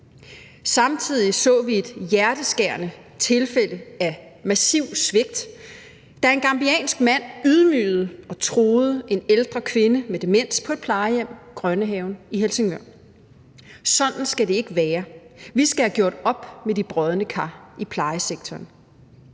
Samtidig så vi et hjerteskærende tilfælde af massiv svigt, da en gambiansk mand ydmygede og truede en ældre kvinde med demens på et plejehjem, Grønnehaven i Helsingør. Sådan skal det ikke være. Vi skal have gjort op med de brodne kar i plejesektoren.